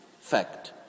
fact